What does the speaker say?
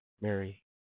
Mary